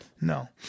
No